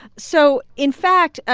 so, in fact, ah